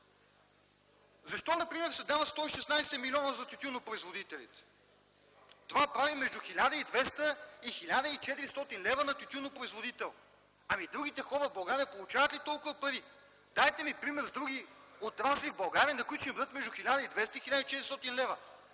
Защо например се дават 116 млн. лв. за тютюнопроизводителите?! Това прави между 1200 и 1400 лв. на тютюнопроизводител. Ами, другите хора в България получават ли толкова пари?! Дайте ми пример с други отрасли в България, на които ще дадат между 1200 и 1400 лв.!